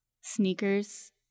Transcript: sneakers